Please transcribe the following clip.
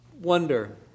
Wonder